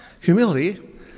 Humility